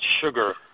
sugar